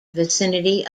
vicinity